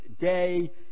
day